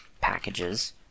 packages